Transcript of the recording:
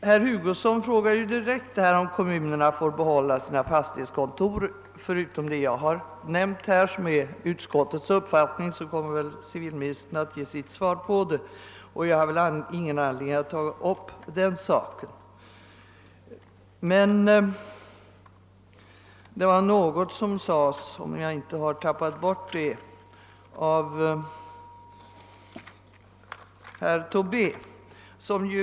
Herr Hugosson frågade direkt, om kommunerna får behåila sina fastighetskontor. Utöver vad jag nyss nämnt, om vad som är utskottets uppfattning, kommer väl civilministern att ge sitt svar, så jag har ingen anledning att ta upp den saken. Sedan till herr Tobé.